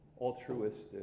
altruistic